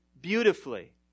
beautifully